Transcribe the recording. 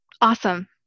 Awesome